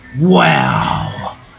wow